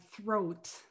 throat